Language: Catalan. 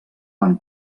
van